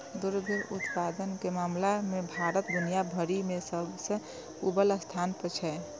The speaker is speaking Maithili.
दुग्ध उत्पादन के मामला मे भारत दुनिया भरि मे सबसं अव्वल स्थान पर छै